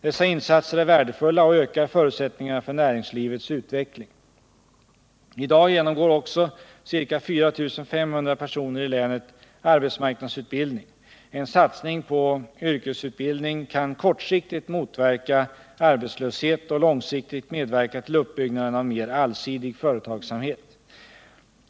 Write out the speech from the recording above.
Dessa insatser är värdefulla och ökar förutsätt att stimulera näringslivet i Norrbotten I dag genomgår också ca 4 500 personer i länet arbetsmarknadsutbildning. En satsning på yrkesutbildning kan kortsiktigt motverka arbetslöshet och långsiktigt medverka till uppbyggnaden av en mer allsidig företagsamhet.